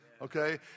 Okay